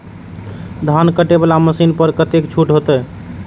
धान कटे वाला मशीन पर कतेक छूट होते?